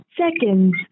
seconds